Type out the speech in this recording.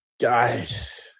guys